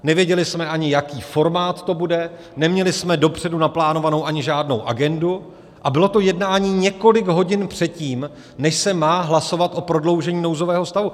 Nevěděli jsme ani, jaký formát to bude, neměli jsme dopředu naplánovanou ani žádnou agendu, a bylo to jednání několik hodin před tím, než se má hlasovat o prodloužení nouzového stavu.